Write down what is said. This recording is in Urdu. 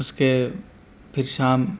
اس کے پھر شام